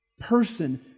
person